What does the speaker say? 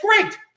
great